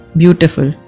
beautiful